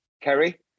Kerry